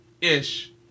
ish